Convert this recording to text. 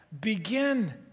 Begin